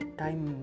time